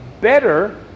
Better